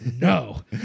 no